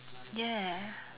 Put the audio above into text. ya